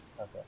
Okay